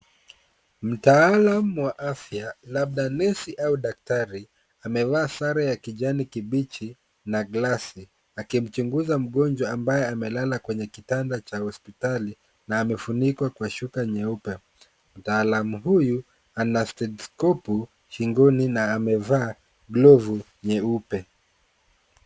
Mtaalam wa afya, labda nesi au daktari, amevaa sare ya kijani kibichi na glasi, akimchunguza mgonjwa ambaye amelala kwenye kitanda cha hospitali na amefunikwa kwa shuka nyeupe. Mtaalamu huyu ana stethoskopu shingoni na amevaa glovu nyeupe.